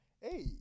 Hey